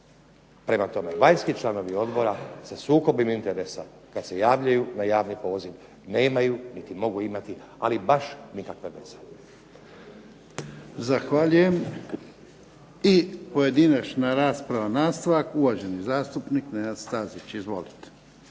Prema tome, vanjski članovi odbora za sukob interesa kad se javljaju na javni poziv nemaju niti mogu imati ali baš nikakve veze. **Jarnjak, Ivan (HDZ)** Zahvaljujem. I pojedinačna rasprava, nastavak. Uvaženi zastupnik Nenad Stazić. Izvolite.